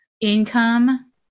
income